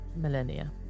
millennia